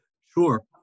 Sure